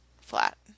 flat